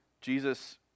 Jesus